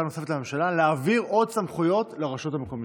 נוספת לממשלה להעביר עוד סמכויות לרשויות המקומיות,